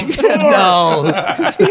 No